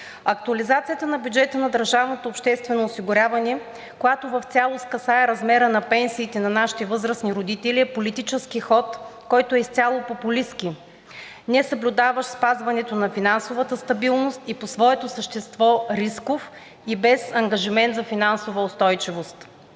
осигуряване, която в цялост касае размера на пенсиите на нашите възрастни родители, е политически ход, който е изцяло популистки, несъблюдаващ спазването на финансовата стабилност и по своето същество е рисков и без ангажимент за финансова устойчивост.